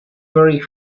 very